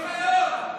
ביזיון.